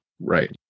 Right